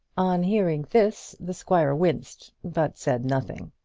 on hearing this the squire winced, but said nothing.